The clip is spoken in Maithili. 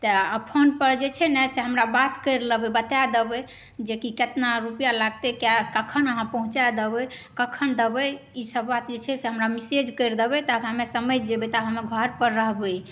तेँ आओर फोनपर जे छै ने से हमरा बात करि लेबै बता देबै जेकि कतना रुपैआ लागतै कखन अहाँ पहुंँचा देबै कखन देबै ई सब बात जे छै से हमरा मैसेज करि देबै ओकरा बाद हमे समझि जेबै तऽ हमे घरपर रहबै